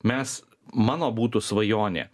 mes mano būtų svajonė